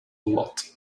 lot